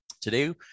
Today